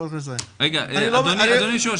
אדוני היושב-ראש,